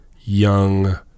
young